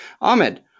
Ahmed